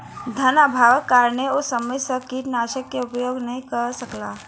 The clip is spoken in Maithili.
धनअभावक कारणेँ ओ समय सॅ कीटनाशक के उपयोग नै कअ सकला